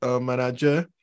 manager